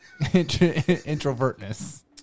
Introvertness